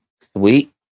sweet